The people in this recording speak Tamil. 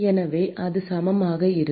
எனவே அது சமமாக இருக்கும்